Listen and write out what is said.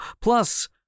Plus